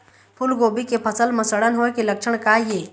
फूलगोभी के फसल म सड़न होय के लक्षण का ये?